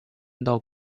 听到